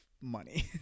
money